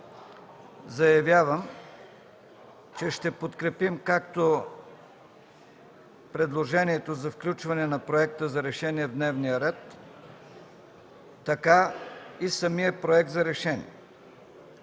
Заявявам, че ще подкрепим както предложението за включване на проекта за решение в дневния ред, така и самия проект за решение.